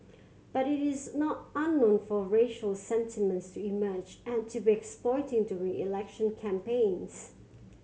but it is not unknown for racial sentiments to emerge and to be exploited during election campaigns